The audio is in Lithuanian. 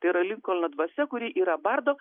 tai yra linkolno dvasia kuri yra bardo